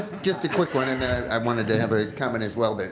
just a quick one and i wanted to have a comment as well. but